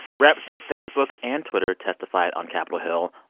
reps from facebook and twitter testified on capitol hill,